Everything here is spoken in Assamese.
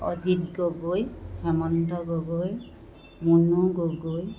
অজিত গগৈ হেমন্ত গগৈ মুনু গগৈ